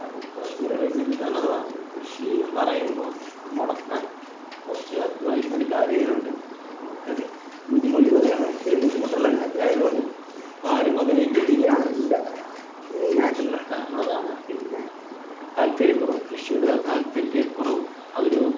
അത് ഇപ്പം ചെറിയ പൈസ ചെലവിട്ടാണ് അത് വാങ്ങുന്നത് കൃഷി എന്നു പറയുമ്പോൾ അത് മുടക്കാണ് കുറച്ചു അദ്ധ്വാനിക്കുന്നവർ കാര്യമായത് കൊണ്ടും നമ്മൾക്ക് അത് യുവതലമുറയ്ക്ക് ബുദ്ധിമുട്ടുള്ള കാര്യമായത് കൊണ്ട് ആരും അതിലേക്ക് തിരിയാറില്ല മെയിനായിട്ടുള്ള കാരണം അതാണ് പിന്നെ താൽപ്പര്യക്കുറവ് കൃഷിയോടുള്ള താൽപ്പര്യക്കുറവും അത് ഒരു